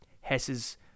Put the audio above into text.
Hess's